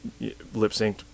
lip-synced